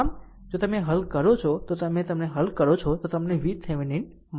આમ જો તમે આ હલ કરો છો તો તમે તેને હલ કરશો તો તમનેVThevenin મળશે